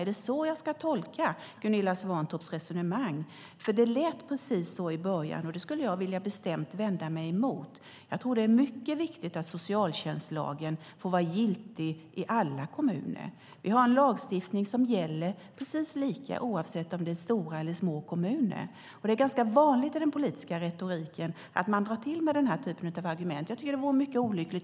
Är det så jag ska tolka Gunilla Svantorps resonemang? Det lät precis så i början. Jag skulle bestämt vilja vända mig emot det. Jag tror att det är mycket viktigt att socialtjänstlagen får vara giltig i alla kommuner. Vi har en lagstiftning som gäller precis lika, oavsett om det är stora eller små kommuner. Det är ganska vanligt i den politiska retoriken att man drar till med den här typen av argument. Jag tycker att det vore mycket olyckligt.